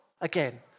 again